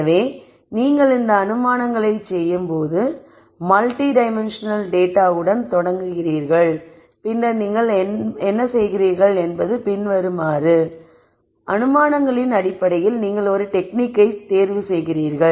எனவே நீங்கள் இந்த அனுமானங்களைச் செய்யும் மல்டி டைமன்சனல் டேட்டா உடன் தொடங்குகிறீர்கள் பின்னர் நீங்கள் என்ன செய்கிறீர்கள் என்பது பின்வருமாறு அனுமானங்களின் அடிப்படையில் நீங்கள் ஒரு டெக்னிக்கை தேர்வு செய்கிறீர்கள்